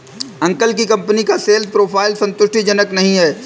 uncle की company का sales profile संतुष्टिजनक नही है